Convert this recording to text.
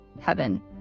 heaven